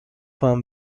van